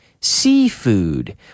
seafood